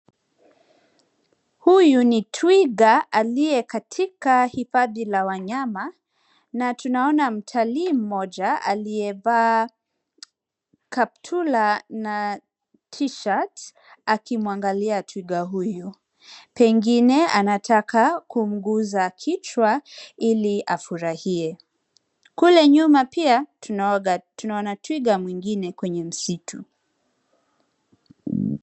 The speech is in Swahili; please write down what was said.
Huyu ni twiga aliye katika hifadhi la wanyama na tunaona mtalii mmoja aliyevaa kaptura na t-shirt akimwangalia twiga huyu pengine anataka kumguza kichwa ili afurahie. Kule nyuma pia tunaona twiga mwingine kwenye msitu.